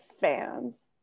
fans